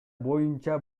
боюнча